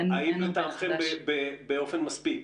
האם לטעמכם הם יושמו באופן מספק?